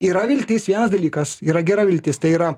yra viltis vienas dalykas yra gera viltis tai yra